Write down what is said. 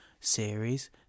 series